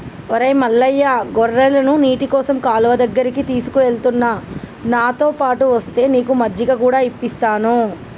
ఒరై మల్లయ్య గొర్రెలను నీటికోసం కాలువ దగ్గరికి తీసుకుఎలుతున్న నాతోపాటు ఒస్తే నీకు మజ్జిగ కూడా ఇప్పిస్తాను